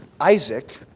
Isaac